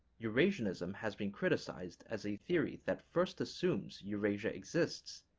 eurasianism has been criticized as a theory that first assumes eurasia exists,